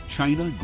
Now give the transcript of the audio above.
China